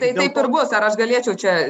tai taip ir bus ar aš galėčiau čia